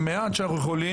במעט שאנחנו יכולים,